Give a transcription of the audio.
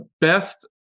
best